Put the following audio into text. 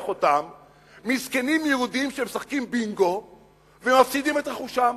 מאותם מסכנים יהודים שמשחקים בינגו ומפסידים את רכושם.